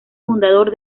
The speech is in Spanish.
fundador